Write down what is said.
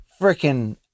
freaking